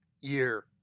Year